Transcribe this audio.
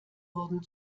wurden